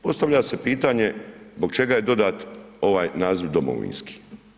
Postavlja se pitanje zbog čega je dodat ovaj naziv domovinski.